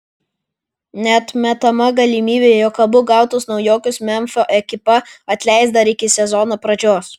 neatmetama galimybė jog abu gautus naujokus memfio ekipa atleis dar iki sezono pradžios